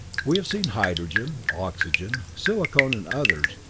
we've seen hydrogen, oxygen, silicon and others,